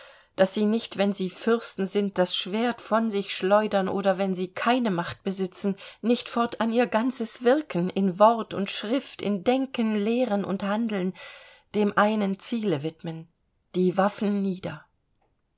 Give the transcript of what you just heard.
daß sie nicht wenn sie fürsten sind das schwert von sich schleudern oder wenn sie keine macht besitzen nicht fortan ihr ganzes wirken in wort und schrift in denken lehren und handeln dem einen ziele widmen die waffen nieder